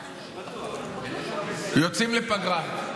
יוצאים לפגרה.